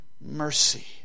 Mercy